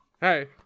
hey